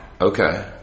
Okay